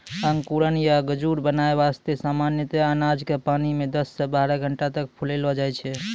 अंकुरण या गजूर बनाय वास्तॅ सामान्यतया अनाज क पानी मॅ दस सॅ बारह घंटा तक फुलैलो जाय छै